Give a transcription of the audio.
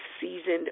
seasoned